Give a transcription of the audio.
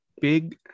big